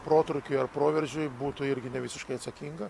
protrūkiui ar proveržiui būtų irgi nevisiškai atsakinga